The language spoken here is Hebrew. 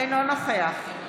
אינו נוכח אריה מכלוף דרעי,